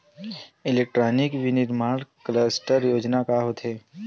Electronic विनीर्माण cluster योजना का होथे?